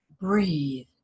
breathe